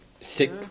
Sick